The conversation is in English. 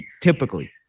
typically